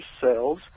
cells